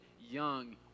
young